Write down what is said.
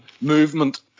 movement